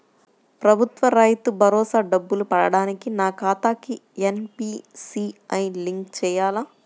ప్రభుత్వ రైతు భరోసా డబ్బులు పడటానికి నా ఖాతాకి ఎన్.పీ.సి.ఐ లింక్ చేయాలా?